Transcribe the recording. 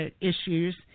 issues